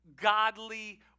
godly